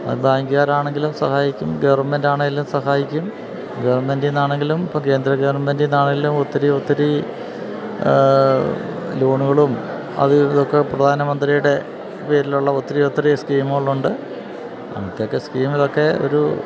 അത് ബാങ്കുകാരാണെങ്കിലും സഹായിക്കും ഗവൺമെൻറ്റാണെങ്കിലും സഹായിക്കും ഗവൺമെൻറ്റില് നിന്നാണെങ്കിലും ഇപ്പോള് കേന്ദ്ര ഗവണ്മെൻറ്റില് നിന്നാണെങ്കിലും ഒത്തിരി ഒത്തിരി ലോണുകളും അതുമിതുമൊക്കെ പ്രധാനമന്ത്രിയുടെ പേരിലുള്ള ഒത്തിരി ഒത്തിരി സ്കീമുകളുണ്ട് അങ്ങനത്തെയൊക്കെ സ്കീമിലൊക്കെ ഒരു